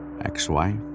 Ex-wife